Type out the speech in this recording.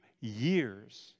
years